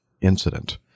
incident